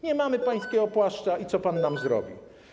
Nie mamy pańskiego płaszcza i co pan nam zrobi?